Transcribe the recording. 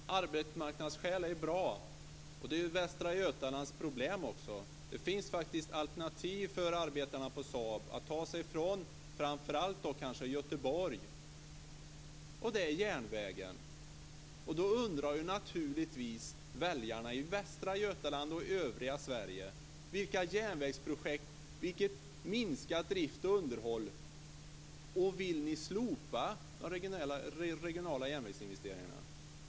Fru talman! Arbetsmarknadsskäl är bra. Det är också Västra Götalands problem. Det finns faktiskt alternativ för arbetarna på Saab att ta sig från framför allt kanske Göteborg, och det är järnvägen. Då undrar naturligtvis väljarna i Västra Götaland och i övriga Sverige vilka järnvägsprojekt och vilka minskningar av drift och underhåll som det handlar om. Och vill ni slopa de regionala järnvägsinvesteringarna?